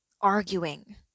arguing